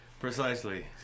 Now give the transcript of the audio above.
Precisely